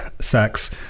sex